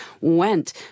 went